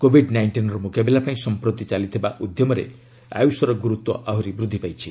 Covid ନାଇଷ୍ଟିର ମୁକାବିଲା ପାଇଁ ସମ୍ପ୍ରତି ଚାଲିଥିବା ଉଦ୍ୟମରେ ଆୟୁଷର ଗୁରୁତ୍ୱ ଆହୁରି ବୃଦ୍ଧି ପାଇଛି